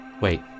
Wait